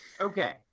Okay